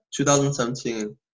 2017